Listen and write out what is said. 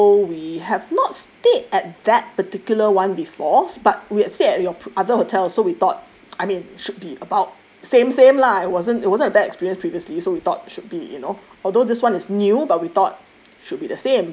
so we have not stayed at that particular [one] before but we have stayed at your other hotel so we thought I mean should be about same same lah it wasn't it wasn't a bad experience previously so we thought should be you know although this [one] is new but we thought